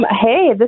hey